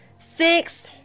six